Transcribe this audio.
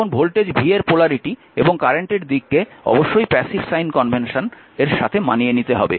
এখন voltage v এর polarity এবং কারেন্টের দিককে অবশ্যই প্যাসিভ সাইন কনভেনশনের সাথে মানিয়ে নিতে হবে